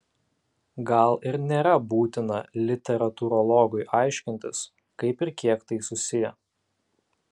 gal ir nėra būtina literatūrologui aiškintis kaip ir kiek tai susiję